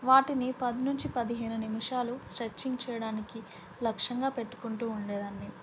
వాటిని పది నుంచి పదిహేను నిమిషాలు స్ట్రెచ్చింగ్ చేయడానికి లక్ష్యంగా పెట్టుకుంటూ ఉండేదాన్ని